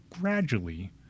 gradually